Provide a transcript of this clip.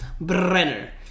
brenner